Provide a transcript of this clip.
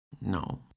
No